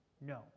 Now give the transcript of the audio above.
No